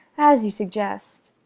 as you suggest.